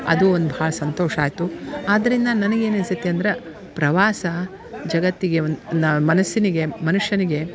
ಅದು ಒಂದು ಭಾಳ ಸಂತೋಷ ಆಯಿತು ಆದ್ದರಿಂದ ನನಗೇನು ಅನ್ಸುತ್ತೆ ಅಂದ್ರ ಪ್ರವಾಸ ಜಗತ್ತಿಗೆ ಒಂದ್ ನಾ ಮನಸ್ಸಿನಿಗೆ ಮನುಷ್ಯನಿಗೆ